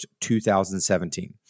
2017